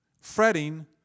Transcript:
Fretting